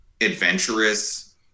adventurous